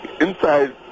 inside